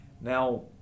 Now